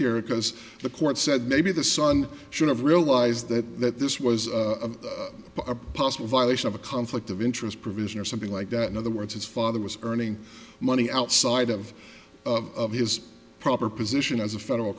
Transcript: here because the court said maybe the son should have realized that that this was a possible violation of a conflict of interest provision or something like that in other words his father was earning money outside of of his proper position as a federal